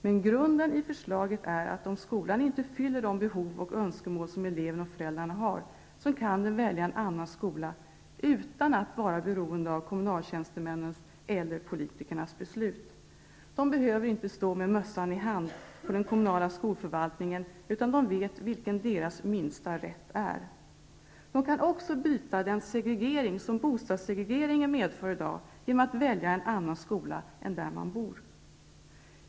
Men grunden i förslaget är att om skolan inte fyller de behov och önskemål som eleven och föräldrarna har, kan de välja en annan skola utan att vara beroende av kommunaltjänstemännens eller politikernas beslut. De behöver inte stå med mössan i hand på den kommunala skolförvaltningen, utan de vet vilken deras minsta rätt är. De kan också bryta den segregering som bostadssegregeringen i dag medför genom att välja en annan skola än den som ligger närmast hemmet.